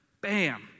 bam